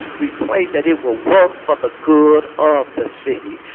we pray that it will work for the good of the city.